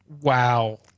Wow